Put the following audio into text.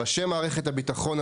ראשי מערכת הבטחון,